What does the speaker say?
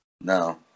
No